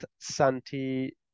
santi